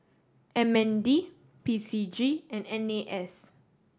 M N D P C G and N A S